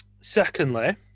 Secondly